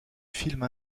films